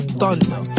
thunder